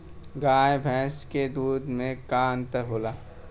गाय भैंस के दूध में का अन्तर होला?